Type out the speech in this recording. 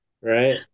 right